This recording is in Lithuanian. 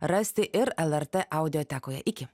rasti ir lrt audiotekoje iki